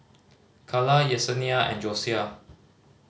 Calla Yessenia and Josiah